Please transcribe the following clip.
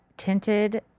Tinted